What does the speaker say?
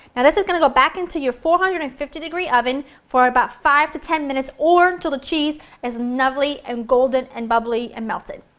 this is going to go back into your four hundred and fifty degree oven for about five to ten minutes or until the cheese is lovely and golden and bubbly and melted.